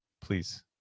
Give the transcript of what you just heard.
please